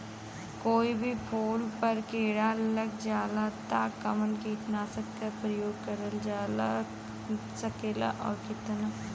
कोई भी फूल पर कीड़ा लग जाला त कवन कीटनाशक क प्रयोग करल जा सकेला और कितना?